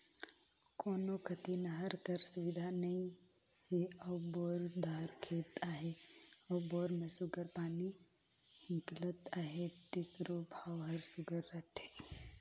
कोनो कती नहर कर सुबिधा नी हे अउ बोर दार खेत अहे अउ बोर में सुग्घर पानी हिंकलत अहे तेकरो भाव हर सुघर रहथे